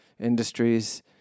industries